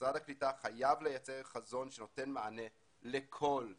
ומשרד הקליטה חייב לייצר חזון שנותן מענה לכל העולים.